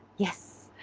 yes!